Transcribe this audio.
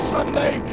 Sunday